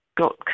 got